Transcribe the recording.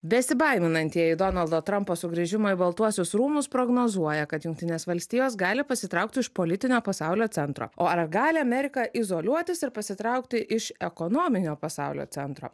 besibaiminantieji donaldo trampo sugrįžimo į baltuosius rūmus prognozuoja kad jungtinės valstijos gali pasitraukti iš politinio pasaulio centro o ar gali amerika izoliuotis ir pasitraukti iš ekonominio pasaulio centro